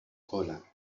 cola